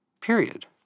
Period